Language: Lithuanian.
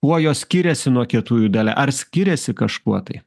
kuo jos skiriasi nuo kietųjų dale ar skiriasi kažkuo tai